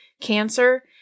cancer